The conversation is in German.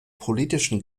politischen